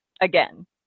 again